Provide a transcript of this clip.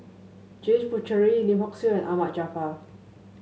James Puthucheary Lim Hock Siew and Ahmad Jaafar